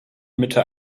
mitte